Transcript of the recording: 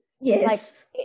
yes